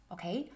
Okay